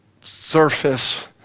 surface